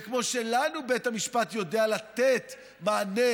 וכמו שלנו בית המשפט יודע לתת מענה